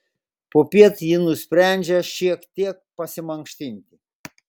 popiet ji nusprendžia šiek tiek pasimankštinti